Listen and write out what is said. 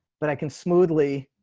but i can smoothly.